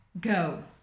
Go